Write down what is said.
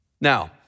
Now